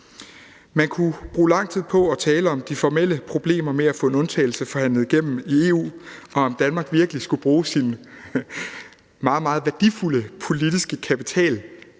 Man kunne bruge lang tid på at tale om de formelle problemer med at få en undtagelse forhandlet igennem i EU, og om Danmark virkelig skulle bruge sin meget, meget værdifulde politiske kapital